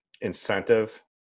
incentive